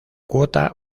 cuota